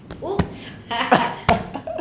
!oops!